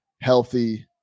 healthy